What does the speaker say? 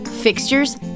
fixtures